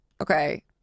okay